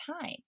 time